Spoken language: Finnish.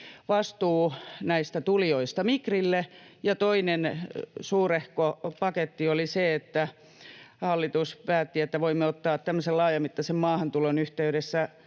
vastuu näistä tulijoista Migrille, ja toinen suurehko paketti oli se, että hallitus päätti, että voimme ottaa tämmöisen laajamittaisen maahantulon yhteydessä